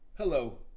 Hello